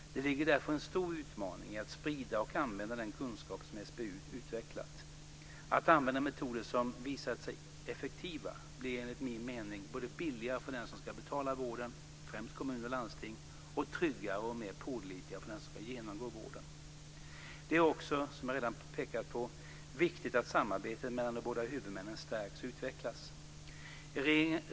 Det ligger därför en stor utmaning i att sprida och använda den kunskap som SBU utvecklat. Att använda metoder som visat sig effektiva blir enligt min mening både billigare för den som ska betala för vården - främst kommuner och landsting - och tryggare och mer pålitligt för den som ska genomgå vården. Det är också, som jag redan pekat på, viktigt att samarbetet mellan de båda huvudmännen stärks och utvecklas.